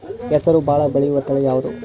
ಹೆಸರು ಭಾಳ ಬೆಳೆಯುವತಳಿ ಯಾವದು?